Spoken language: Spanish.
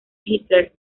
hitler